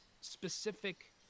specific